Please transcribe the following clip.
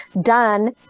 done